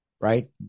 Right